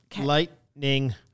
Lightning